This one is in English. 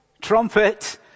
trumpet